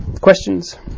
Questions